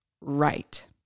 right